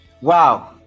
Wow